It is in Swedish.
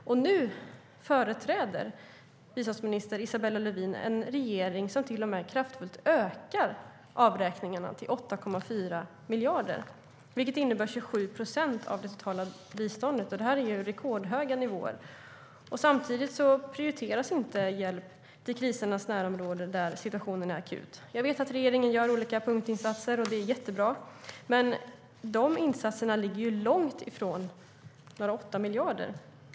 Nu företräder biståndsminister Isabella Lövin en regering som till och med ökar avräkningarna kraftigt, till 8,4 miljarder, vilket utgör 27 procent av det totala biståndet. Det handlar alltså om rekordhöga nivåer. Samtidigt prioriteras inte hjälp till krisernas närområden, där situationen är akut. Jag vet att regeringen gör olika punktinsatser, och det är jättebra. Men dessa insatser ligger långt ifrån några 8 miljarder.